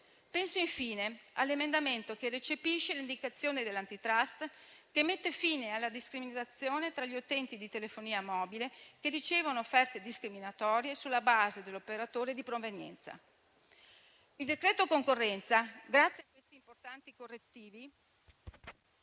Penso infine all'emendamento che recepisce l'indicazione dell'Antitrust che mette fine alla discriminazione tra gli utenti di telefonia mobile che ricevono offerte discriminatorie sulla base dell'operatore di provenienza. Il disegno di legge concorrenza, grazie a questi importanti correttivi,